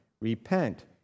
repent